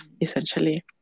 essentially